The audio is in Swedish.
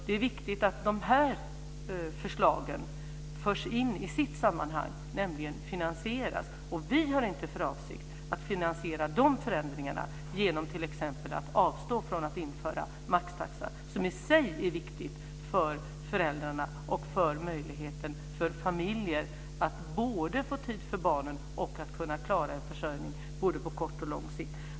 Det är viktigt att dessa förslag förs in i ett sammanhang och att de finansieras. Vi har inte för avsikt att finansiera dessa förändringar t.ex. genom att avstå från att införa maxtaxan som i sig är viktig för föräldrarna och för familjer att få tid för barnen och att klara en försörjning både på kort och lång sikt.